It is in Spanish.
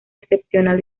excepcional